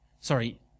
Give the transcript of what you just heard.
Sorry